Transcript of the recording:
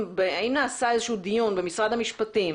נעשה איזה שהוא דיון במשרד המשפטים,